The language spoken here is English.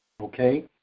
okay